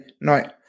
Night